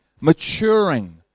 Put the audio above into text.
Maturing